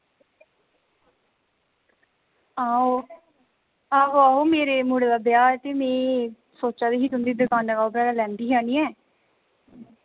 हां ओ आहो आहो मेरे मुड़े दा ब्याह् ते मि सोच्चा दी ही तुंदी दुकाना दा आऊं पैह्लै लैंदी ही आह्नियै